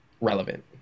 relevant